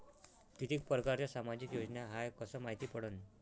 कितीक परकारच्या सामाजिक योजना हाय कस मायती पडन?